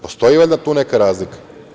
Postoji valjda tu neka razlika?